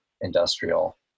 industrial